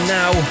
now